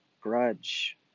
grudge